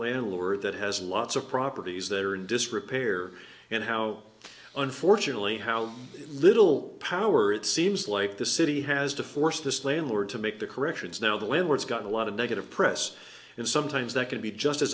landlord that has lots of properties that are in disrepair and how unfortunately how little power it seems like the city has to force this landlord to make the corrections now the landlords got a lot of negative press and sometimes that can be just as